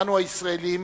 אנו, הישראלים,